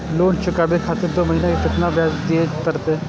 Loan चुकाबे खातिर दो महीना के केतना ब्याज दिये परतें?